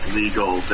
legal